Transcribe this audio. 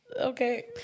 okay